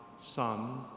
Son